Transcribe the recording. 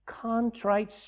contrite